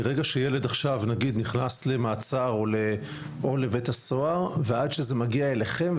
מרגע שהילד נכנס למעצר או לבית הסוהר ועד שזה מגיע אליכם,